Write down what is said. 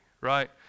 right